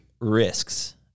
risks